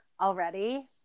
already